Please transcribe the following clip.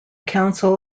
council